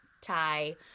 tie